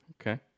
okay